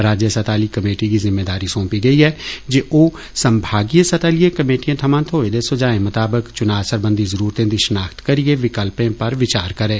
राज्य स्तह आह्ली कमेटी गी जिम्मेदारी सौंपी गेई ऐ जे ओ संभागीय स्तह आह्लियें कमेटियें थमां थोए दे सुझाएं मताबक चुना सरबंधी जुरुरतें दी षनाख्त करियै विकल्पें पर विचार करै